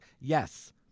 yes